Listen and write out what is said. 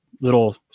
little